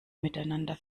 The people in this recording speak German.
miteinander